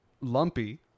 lumpy